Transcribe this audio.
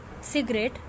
Cigarette